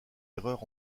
erreurs